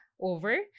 over